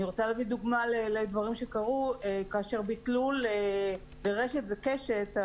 אני רוצה להביא דוגמה לדברים שקרו כאשר ביטלו לרשת וקשת,